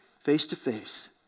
face-to-face